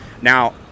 now